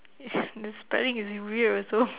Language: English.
s~ the spelling is weird also